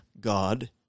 God